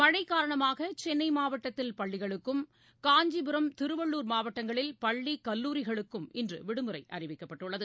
மழைகாரணமாகசென்னை நெல்லை தூத்துக்குடிமாவட்டங்களில் பள்ளிகளுக்கும் காஞ்சிபுரம் திருவள்ளுர் மாவட்டங்களில் பள்ளி கல்லூரிகளுக்கும் இன்றுவிடுமுறைஅறிவிக்கப்பட்டுள்ளது